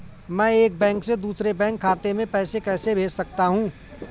मैं एक बैंक से दूसरे बैंक खाते में पैसे कैसे भेज सकता हूँ?